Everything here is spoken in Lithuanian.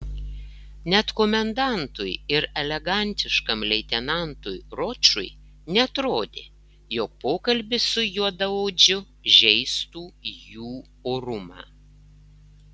net komendantui ir elegantiškam leitenantui ročui neatrodė jog pokalbis su juodaodžiu žeistų jų orumą